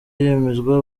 yemezwa